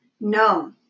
No